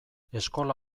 eskola